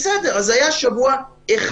אז היה שבוע אחד.